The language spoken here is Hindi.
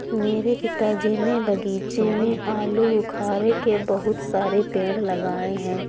मेरे पिताजी ने बगीचे में आलूबुखारे के बहुत सारे पेड़ लगाए हैं